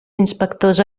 inspectors